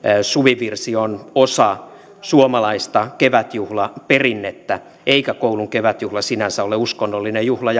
suvivirsi on osa suomalaista kevätjuhlaperinnettä eikä koulun kevätjuhla sinänsä ole uskonnollinen juhla